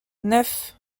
neuf